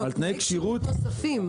נוספים.